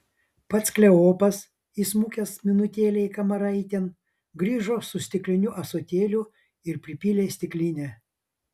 pats kleopas įsmukęs minutėlei kamaraitėn grįžo su stikliniu ąsotėliu ir pripylė stiklinę